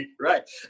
Right